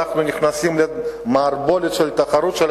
אנחנו נכנסים למערבולת של תחרות בין